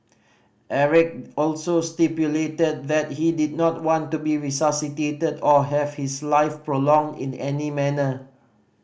Eric also stipulated that he did not want to be resuscitated or have his life prolonged in the any manner